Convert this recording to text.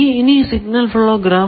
ഇനി signal flow graph